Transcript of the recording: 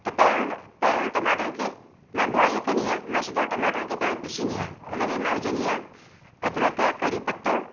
त पहिरों न पहिरों टमाटनि खे मां बॉइल न कंदी आहियां मां सिधो टमाटनि खे पहिरों पीसींदी आहियां हुन में मां विझंदी आहियां अदरक कढ़ी पतो